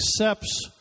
accepts